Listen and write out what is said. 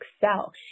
excel